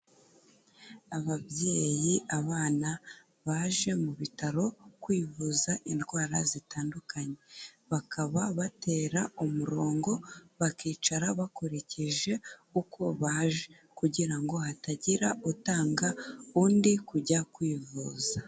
Ababyeyi, abana baje mu bitaro kwivuza indwara zitandukanye, bakaba batera umurongo bakicara bakurikije uko baje kugira ngo hatagira utanga undi kujya kwivuza.